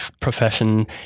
profession